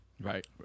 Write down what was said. Right